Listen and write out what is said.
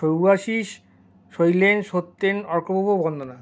Shubhashish Shailen Satyen Arkaprabha Bandana